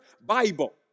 Bible